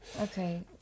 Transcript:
Okay